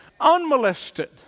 unmolested